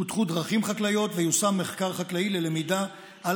פותחו דרכים חקלאיות ויושם מחקר חקלאי ללמידה על